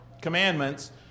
commandments